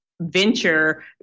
venture